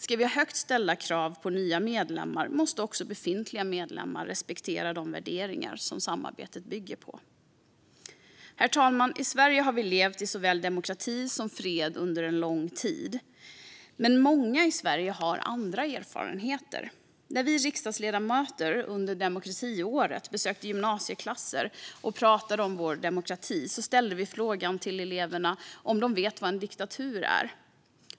Ska vi ha högt ställda krav på nya medlemmar måste också befintliga medlemmar respektera de värderingar som samarbetet bygger på. Herr talman! I Sverige har vi levt i såväl demokrati som fred under en lång tid. Men många i Sverige har andra erfarenheter. När vi riksdagsledamöter under demokratiåret besökte gymnasieklasser och pratade om vår demokrati frågade vi eleverna om de visste vad en diktatur är.